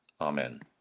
Amen